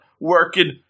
working